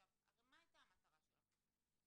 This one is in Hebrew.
הרי מה היתה המטרה של החוזר?